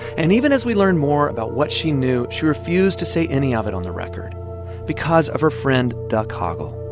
and even as we learn more about what she knew, she refused to say any of it on the record because of her friend duck hoggle.